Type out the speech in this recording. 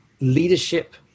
leadership